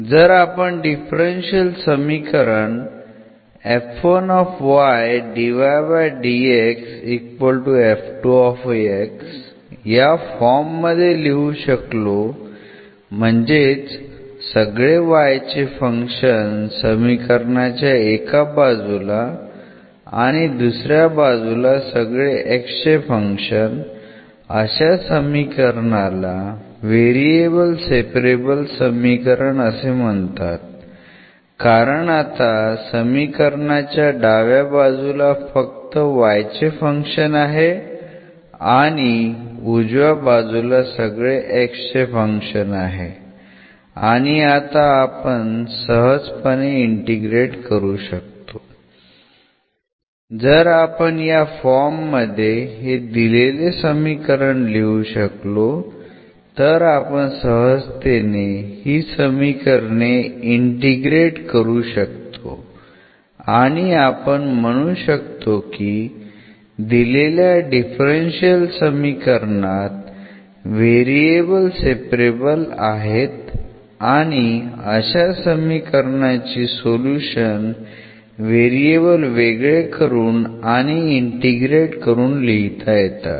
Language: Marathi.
जर आपण डिफरन्शियल समीकरण या फॉर्म मध्ये हे लिहू शकलो म्हणजेच सगळे y चे फंक्शन समीकरणाच्या एका बाजूला आणि दुसऱ्या बाजूला सगळे x चे फंक्शन अशा समीकरणाला व्हेरिएबल सेपरेबल समीकरण असे म्हणतात कारण आता समीकरणाच्या डाव्या बाजूला फक्त y चे फंक्शन आहे आणि आणि उजव्या बाजूला सगळे x चे फंक्शन आहे आणि आता आपण सहजपणे इंटिग्रेट करू शकतो जर आपण या फॉर्ममध्ये हे दिलेले समीकरण लिहू शकलो तर आपण सहजतेने ही समीकरणे इंटिग्रेट करू शकतो आणि आपण म्हणू शकतो की दिलेल्या डिफरन्शियल समीकरणात व्हेरिएबल सेपरेबल आहेत आणि अशा समीकरणांची सोल्युशन्स व्हेरिएबल वेगळे करून आणि इंटिग्रेट करून लिहिता येतात